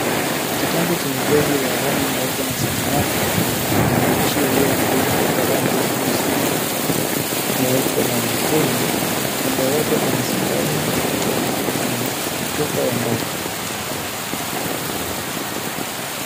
Kitabu chenye ngozi ya rangi nyeupe na samawati kina maandishi yaliyoandikwa kwa rangi nyeusi ,nyeupe na nyekundu. Kando yake kuna sindano na chupa ya mbao.